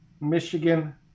Michigan